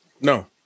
No